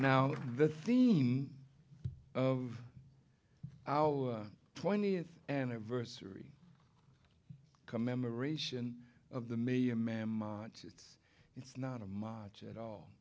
now the theme of our twentieth anniversary commemoration of the million man march it's it's not a macho at all